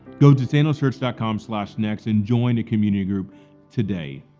go to sandalchurch dot com slash next and join a community group today.